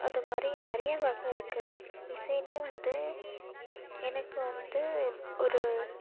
அது மாதிரி நிறைய வகை இருக்கு இசைலையே வந்து எனக்கு வந்து ஒரு